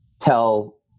tell